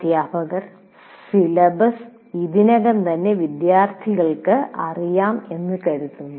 അധ്യാപകർ സിലബസ് ഇതിനകം തന്നെ വിദ്യാർത്ഥികൾക്ക് അറിയാം എന്ന് കരുതുന്നു